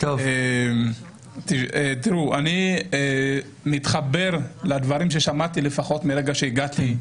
אני מתחבר לדברים ששמעתי, לפחות מרגע שהגעתי,